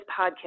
podcast